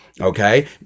okay